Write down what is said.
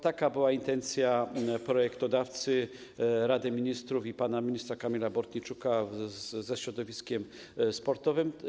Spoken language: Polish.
Taka była intencja projektodawcy Rady Ministrów i pana ministra Kamila Bortniczuka ze środowiskiem sportowym.